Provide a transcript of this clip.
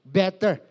better